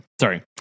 Sorry